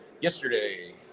Yesterday